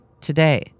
today